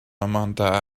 amanda